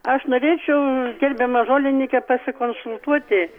aš norėčiau gerbiama žolininke pasikonsultuoti